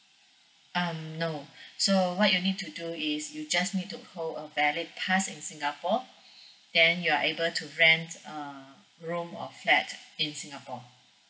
um no so what you need to do is you just need to call a valid pass in singapore then you are able to rent uh room or flat in singapore